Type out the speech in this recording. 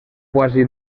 quasi